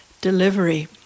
delivery